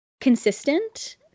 consistent